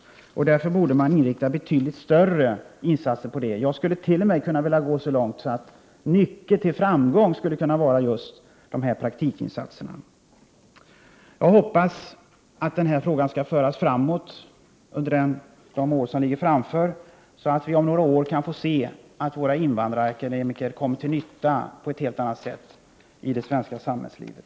Man borde därför sätta in betydligt större insatser på detta område. Jag skulle t.o.m. vilja gå så långt som att säga att nyckeln till framgång skulle kunna vara just dessa praktikinsatser. Jag hoppas att denna fråga skall föras framåt under kommande år, så att vi om några år skall kunna få se att våra invandrarakademiker kommer till nytta på ett helt annat sätt i det svenska samhällslivet.